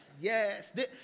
Yes